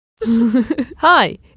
Hi